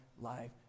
life